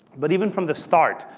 but even from the start,